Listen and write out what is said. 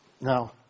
now